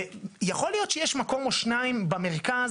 יכול להיות שיש מקום או שניים במרכז,